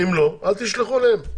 אם לא, אל תשלחו להם.